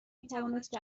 میتوانست